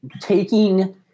taking